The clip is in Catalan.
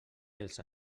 els